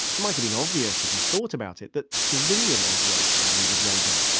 it might've been obvious, if you thought about it, that civilian aviation needed radar,